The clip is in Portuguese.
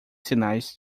sinais